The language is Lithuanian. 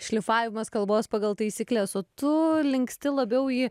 šlifavimas kalbos pagal taisykles o tu linksti labiau į